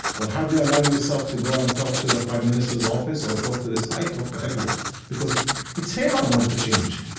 well, how do you allow yourself to go and talk to the prime minister's office or talk to this? i talk to everyone because it's him i want to change.